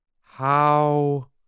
How